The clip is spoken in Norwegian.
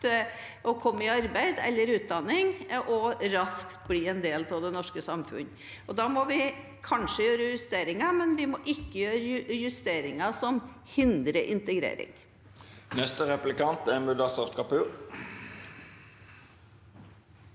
å komme raskt i arbeid eller utdanning og raskt bli en del av det norske samfunnet. Da må vi kanskje gjøre justeringer, men vi må ikke gjøre justeringer som hindrer integrering.